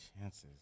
chances